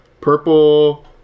purple